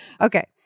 okay